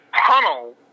tunnel